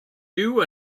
you